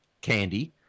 candy